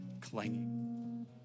clanging